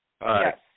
Yes